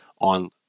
on